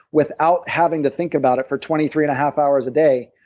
without having to think about it for twenty three and a half hours a day,